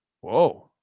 Whoa